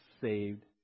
saved